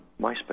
MySpace